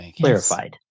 clarified